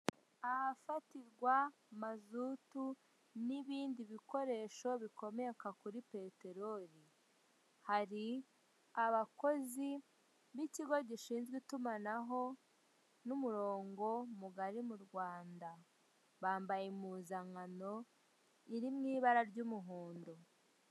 Ahafatirwa mazutu n'ibindi bikoresho bikomoka kuri peterori, hari abakozi b'ikigo gishinzwe itumanaho n'umurongo mugari mu Rwanda. Bambaye impuzankano iri mu ibara ry'umuhondo.